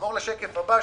נעבור לשקף הבא,